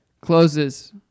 closes